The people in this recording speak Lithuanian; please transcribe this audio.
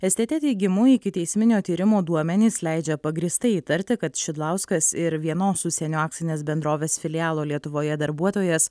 stt teigimu ikiteisminio tyrimo duomenys leidžia pagrįstai įtarti kad šidlauskas ir vienos užsienio akcinės bendrovės filialo lietuvoje darbuotojas